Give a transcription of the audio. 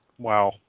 Wow